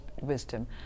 wisdom